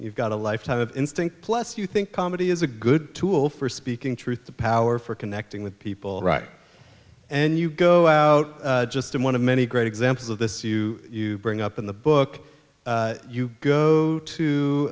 you've got a lifetime of instinct plus you think comedy is a good tool for speaking truth to power for connecting with people right and you go out just i'm one of many great examples of this you you bring up in the book you go to